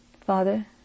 Father